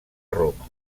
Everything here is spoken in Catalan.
roma